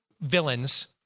villains